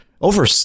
over